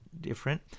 different